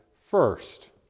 first